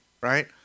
right